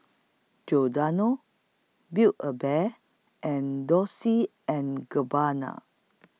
Giordano Build A Bear and Dolce and Gabbana